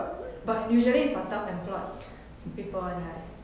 but usually is for self employed people [one] right